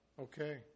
Okay